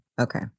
Okay